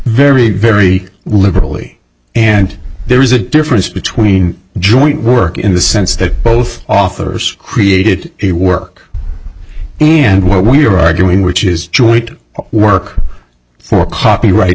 very very liberally and there is a difference between joint work in the sense that both authors created a work and what we're arguing which is joint work for copyright